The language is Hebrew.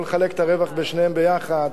או לחלק את הרווח בשניהם יחד.